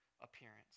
appearance